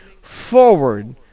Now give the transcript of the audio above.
forward